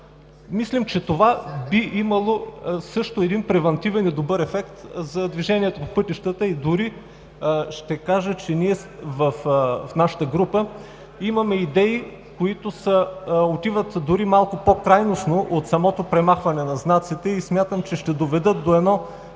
мислим, че това би имало също превантивен и добър ефект за движението по пътищата. Дори ще кажа, че в нашата група имаме идеи, които отиват дори малко по-крайно от самото премахване на знаците. Смятам, че ще доведат до